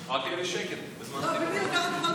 רק, אגב, את יכולה לצאת.